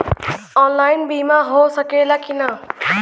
Online बीमा हो सकेला की ना?